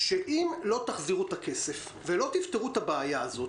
אם לא תחזירו את הכסף ולא תפתרו את הבעיה הזאת,